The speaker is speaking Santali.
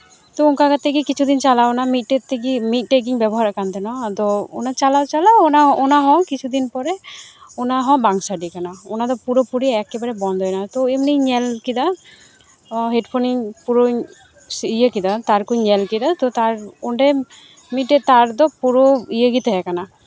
ᱛᱚ ᱚᱱᱠᱟ ᱠᱟᱛᱮ ᱜᱮ ᱠᱤᱪᱷᱩ ᱫᱤᱱ ᱪᱟᱞᱟᱣᱱᱟ ᱢᱤᱫᱴᱮᱡ ᱛᱮᱜᱮ ᱢᱤᱫᱴᱮᱡ ᱜᱮᱧ ᱵᱮᱵᱚᱦᱟᱨᱮᱜ ᱠᱟᱱ ᱛᱟᱦᱮᱱᱟ ᱟᱫᱚ ᱚᱱᱟ ᱪᱟᱞᱟᱣ ᱪᱟᱞᱟᱣ ᱚᱱᱟ ᱚᱱᱟᱦᱚᱸ ᱠᱤᱪᱷᱩᱫᱤᱱ ᱯᱚᱨᱮ ᱚᱱᱟᱦᱚᱸ ᱵᱟᱝ ᱥᱟᱰᱮ ᱠᱟᱱᱟ ᱚᱱᱟᱫᱚ ᱯᱩᱨᱟᱹᱯᱩᱨᱤ ᱮᱠᱮᱵᱟᱨᱮ ᱵᱚᱱᱫᱚᱭᱮᱱᱟ ᱛᱚ ᱮᱢᱱᱤᱧ ᱧᱮᱞ ᱠᱮᱫᱟ ᱦᱮᱰᱯᱷᱳᱱ ᱤᱧ ᱯᱩᱨᱟᱹ ᱤᱧ ᱤᱭᱟᱹ ᱠᱮᱫᱟ ᱛᱟᱨ ᱠᱚᱹᱧ ᱧᱮᱞ ᱠᱮᱫᱟ ᱚᱸᱰᱮ ᱢᱤᱫᱴᱮᱡ ᱛᱟᱨᱫᱚ ᱯᱩᱨᱟᱹ ᱤᱭᱟᱹᱜᱮ ᱛᱟᱦᱮᱸ ᱠᱟᱱᱟ